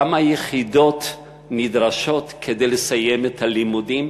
כמה יחידות נדרשות כדי לסיים את הלימודים?